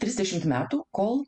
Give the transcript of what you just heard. trisdešimt metų kol